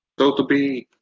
so to be